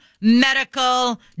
medical